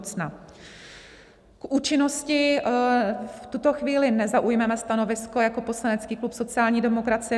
K účinnosti v tuto chvíli nezaujmeme stanovisko jako poslanecký klub sociální demokracie.